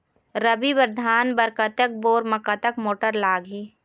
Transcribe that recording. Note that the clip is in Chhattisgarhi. रबी बर धान बर कतक बोर म कतक मोटर लागिही?